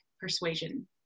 persuasion